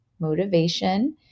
motivation